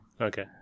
Okay